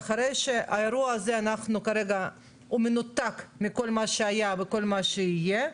שהאירוע הזה כרגע מנותק מכל מה שהיה וכל מה שיהיה,